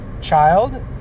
Child